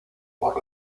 por